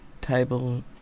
table